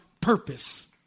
purpose